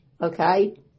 okay